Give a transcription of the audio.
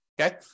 Okay